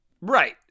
Right